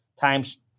times